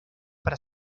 para